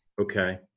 Okay